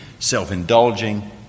self-indulging